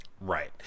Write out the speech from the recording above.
Right